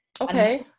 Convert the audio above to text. Okay